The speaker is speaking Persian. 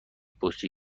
بطری